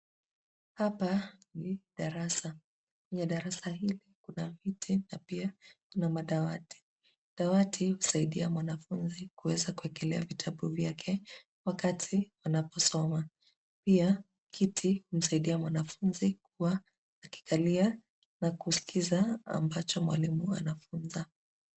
Hapa ni darasa. Kwenye darasa hili kuna viti na pia kuna madawati. Dawati hii husaidia mwanafunzi kuweza kuekelea vitabu vyake wakati anaposoma. Pia kiti humsaidia mwanafunzi kuwa akikalia na kuskiza ambacho mwalimu anafunza.